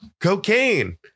cocaine